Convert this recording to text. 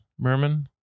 Merman